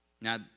Now